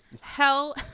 Hell